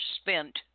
spent